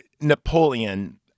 Napoleon